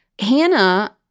Hannah